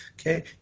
Okay